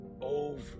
over